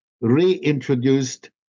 reintroduced